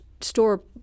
store